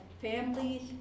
families